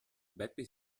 beppe